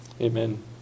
Amen